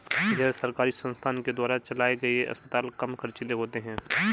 गैर सरकारी संस्थान के द्वारा चलाये गए अस्पताल कम ख़र्चीले होते हैं